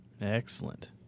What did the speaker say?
Excellent